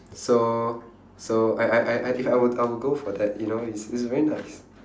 so so I I I I if I would I would go for that you know it's it's very nice